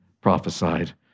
prophesied